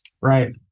Right